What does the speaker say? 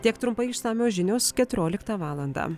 tiek trumpai išsamios žinios keturioliktą valandą